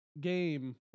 game